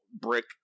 brick